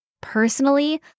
Personally